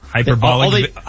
Hyperbolic